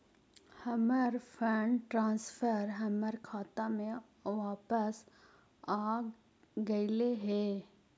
हमर fund transfer हमर खाता में वापस आगईल हे